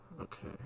Okay